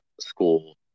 school